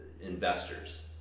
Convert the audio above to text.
investors